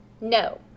No